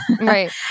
Right